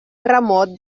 remot